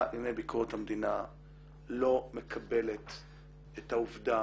לביקורת המדינה לא מקבלת את העובדה